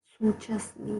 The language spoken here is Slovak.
súčasný